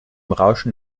rauschen